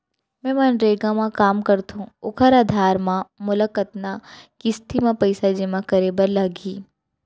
मैं मनरेगा म काम करथो, ओखर आधार म मोला कतना किस्ती म पइसा जेमा करे बर लागही?